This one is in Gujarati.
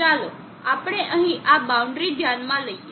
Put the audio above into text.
ચાલો આપણે અહીં આ બાઉન્ડ્રી ધ્યાનમાં લઈએ